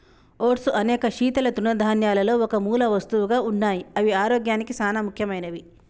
oats అనేక శీతల తృణధాన్యాలలో ఒక మూలవస్తువుగా ఉన్నాయి అవి ఆరోగ్యానికి సానా ముఖ్యమైనవి